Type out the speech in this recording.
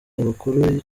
abakuru